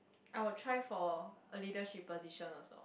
I would try for a leadership position also